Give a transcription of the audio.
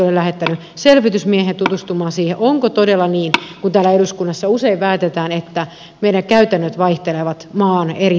olen lähettänyt selvitysmiehen tutustumaan siihen onko todella niin kuten täällä eduskunnassa usein väitetään että käytännöt vaihtelevat maan eri puolilla